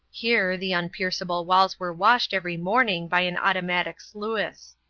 here the unpierceable walls were washed every morning by an automatic sluice.